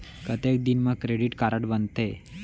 कतेक दिन मा क्रेडिट कारड बनते?